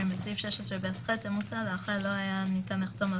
20. בסעיף 16ב(ח) המוצע לאחר "לא היה ניתן לחתום על